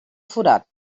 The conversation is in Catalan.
forat